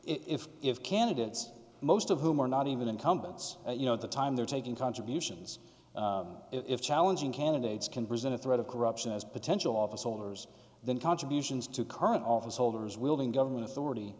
if if candidates most of whom are not even incumbents you know at the time they're taking contributions if challenging candidates can present a threat of corruption as potential office holders then contributions to current office holders will be in government authority